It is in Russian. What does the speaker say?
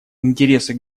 интересы